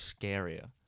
scarier